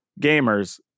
gamers